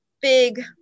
big